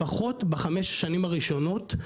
לפחות בחמש השנים הראשונות.